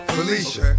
Felicia